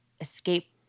escape